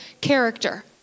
character